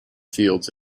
fields